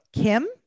Kim